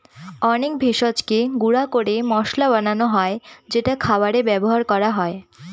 অনেক ভেষজকে গুঁড়া করে মসলা বানানো হয় যেটা খাবারে ব্যবহার করা হয়